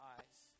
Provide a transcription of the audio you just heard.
Eyes